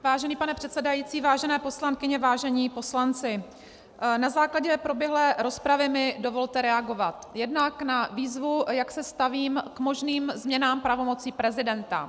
Vážený pane předsedající, vážené poslankyně, vážení poslanci, na základě proběhlé rozpravy mi dovolte reagovat jednak na výzvu, jak se stavím k možným změnám pravomocí prezidenta.